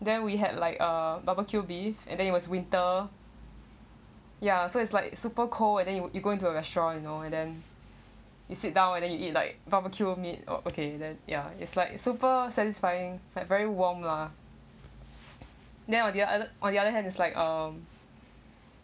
then we had like uh barbecue beef and then it was winter ya so it's like super cold and then you you go into a restaurant you know and then you sit down and then you eat like barbecue meat or okay then ya it's like super satisfying like very warm lah then on the other hand it's like um